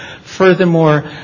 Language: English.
Furthermore